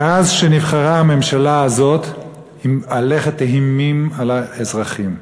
מאז נבחרה הממשלה הזאת היא מהלכת אימים על האזרחים.